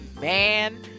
man